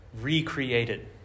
recreated